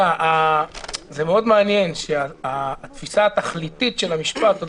זה מאוד מעניין שהתפיסה התכליתית של המשפט עוד